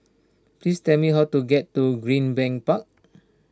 please tell me how to get to Greenbank Park